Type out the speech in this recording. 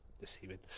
deceiving